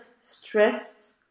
stressed